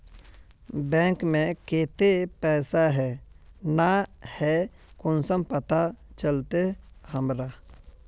Bank में केते पैसा है ना है कुंसम पता चलते हमरा?